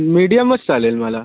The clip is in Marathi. मिडियमच चालेल मला